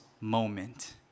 moment